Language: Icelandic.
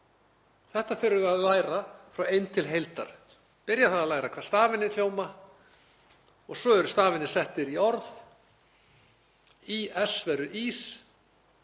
Þetta þurfum við að læra frá einu til heildar, byrja á að læra hvað stafirnir hljóma og svo eru stafirnir settir í orð. Í-s verður ís,